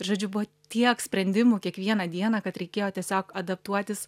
ir žodžiu buvo tiek sprendimų kiekvieną dieną kad reikėjo tiesiog adaptuotis